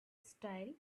style